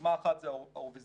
דוגמה אחת זה האירוויזיון